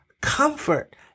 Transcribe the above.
comfort